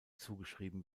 zugeschrieben